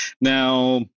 Now